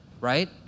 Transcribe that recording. Right